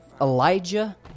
Elijah